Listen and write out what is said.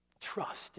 trust